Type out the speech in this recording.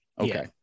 Okay